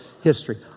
history